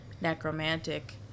necromantic